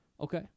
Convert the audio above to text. Okay